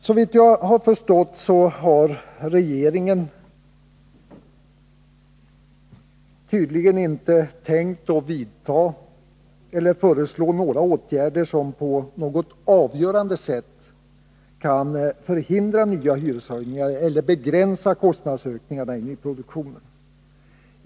Såvitt jag har förstått tänker regeringen tydligen inte vidta eller föreslå några åtgärder som på ett avgörande sätt kan förhindra nya hyreshöjningar eller begränsa kostnadsökningarna i nyproduktionen.